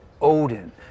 Odin